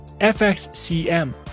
FXCM